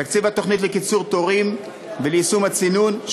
תקציב התוכנית לקיצור תורים וליישום הצינון,